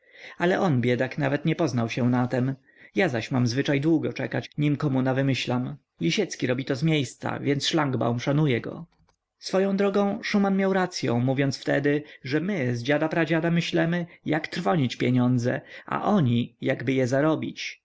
ale on biedak nawet nie poznał się na tem ja zaś mam zwyczaj długo czekać nim komu nawymyślam lisiecki robi to zmiejsca więc szlangbaum szanuje go swoją drogą szuman miał racyą mówiąc wtedy że my z dziada pradziada myślemy jak trwonić pieniądze a oni jakby je zrobić